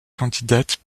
candidate